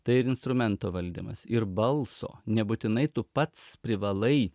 tai ir instrumento valdymas ir balso nebūtinai tu pats privalai